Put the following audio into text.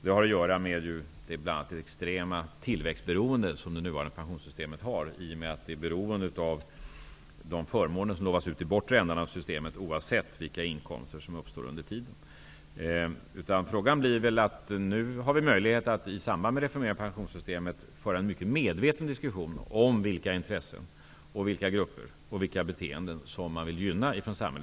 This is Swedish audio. Detta har bl.a. att göra med att det nuvarande pensionssystemet är extremt tillväxtberoende. Det beror på de förmåner som utlovas i bortre änden av systemet inte bestäms av vilka inkomster som uppstår under tiden. Nu har vi möjlighet att i samband med reformeringen av pensionssystemet föra en mycket medveten diskussion om vilka intressen, vilka grupper och vilka beteenden som man från samhällets sida vill gynna.